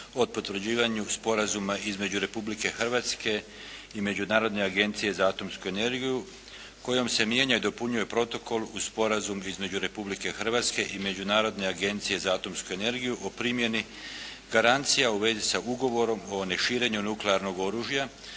o potvrđivanju Sporazuma između Republike Hrvatske i Međunarodne agencije za atomsku energiju kojom se mijenja i dopunjuje Protokol uz Sporazum između Republike Hrvatske i Međunarodne agencije za atomsku energiju o primjeni garancija u vezi s Ugovorom o neširenju nuklearnog oružja,